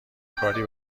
کاری